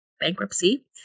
Bankruptcy